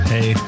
Hey